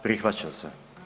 Prihvaća se.